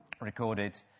recorded